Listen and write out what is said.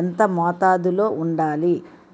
ఎంత మోతాదులో వుండాలి?